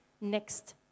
Next